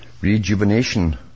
Rejuvenation